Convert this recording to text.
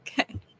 Okay